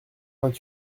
vingt